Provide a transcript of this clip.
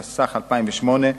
התשס"ח 2008,